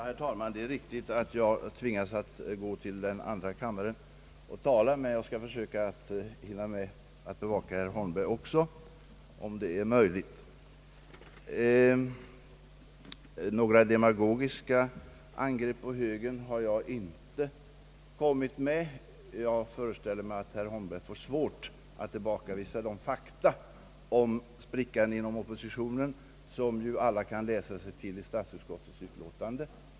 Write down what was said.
Herr talman! Det är riktigt att jag är tvungen att gå till andra kammaren och tala där, men jag skall försöka hinna med att också bevaka herr Holmberg, om det är möjligt. Några demagogiska angrepp på högern har jag inte kommit med. Jag föreställer mig att herr Holmberg får svårt att tillbakavisa de fakta om sprickan inom oppositionen som vi ju alla kan läsa oss till i statsutskottets utlåtande.